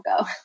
go